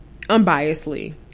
unbiasedly